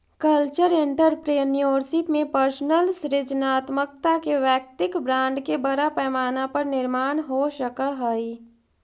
cultural entrepreneurship में personal सृजनात्मकता के वैयक्तिक ब्रांड के बड़ा पैमाना पर निर्माण हो सकऽ हई